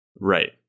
right